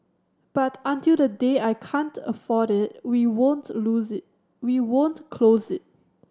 but until the day I can't afford it we won't lose we won't close it